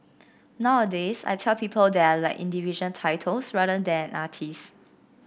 nowadays I tell people that I like individual titles rather than artist